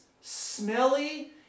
smelly